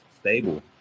stable